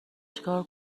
چیکار